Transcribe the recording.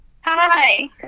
Hi